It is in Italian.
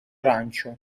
arancio